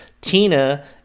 Tina